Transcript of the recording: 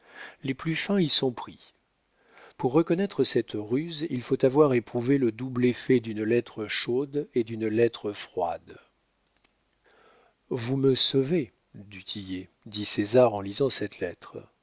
les plus fins y sont pris pour reconnaître cette ruse il faut avoir éprouvé le double effet d'une lettre chaude et d'une lettre froide vous me sauvez du tillet dit césar en lisant cette lettre